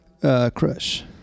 crush